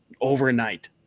overnight